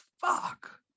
fuck